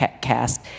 cast